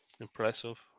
Impressive